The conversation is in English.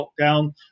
lockdown